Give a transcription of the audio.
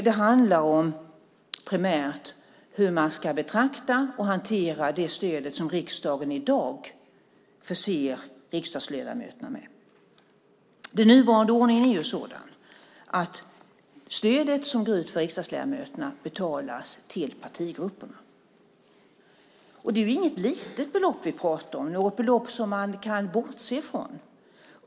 Det handlar primärt om hur man ska betrakta och hantera det stöd som riksdagen i dag förser riksdagsledamöterna med. Den nuvarande ordningen är sådan att det stöd som utgår för riksdagsledamöterna betalas till partigrupperna. Det är inget litet belopp vi pratar om. Det är inte ett belopp som man kan bortse ifrån.